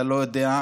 אתה לא יודע,